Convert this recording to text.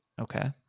Okay